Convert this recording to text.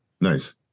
Nice